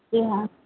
जी हाँ